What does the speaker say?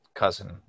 cousin